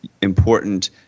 important